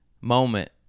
moment